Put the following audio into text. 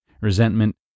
resentment